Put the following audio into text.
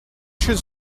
should